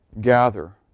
gather